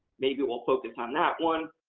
maybe we'll focus on that one.